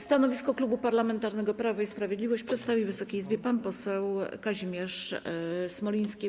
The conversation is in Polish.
Stanowisko Klubu Parlamentarnego Prawo i Sprawiedliwość przedstawi Wysokiej Izbie pan poseł Kazimierz Smoliński.